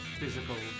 physical